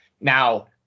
Now